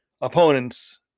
opponents